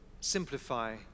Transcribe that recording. Simplify